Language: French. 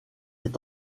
est